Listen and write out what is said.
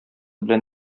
белән